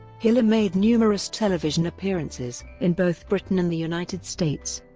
hiller made numerous television appearances, in both britain and the united states.